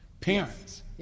parents